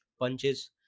punches